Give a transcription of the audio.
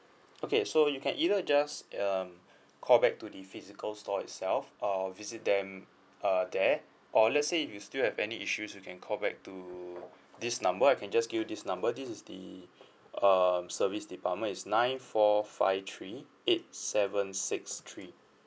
okay so you can either just um call back to the physical store itself or visit them uh there or let's say if you still have any issues you can call back to this number I can just give you this number this is the um service department is nine four five three eight seven six three